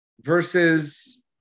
versus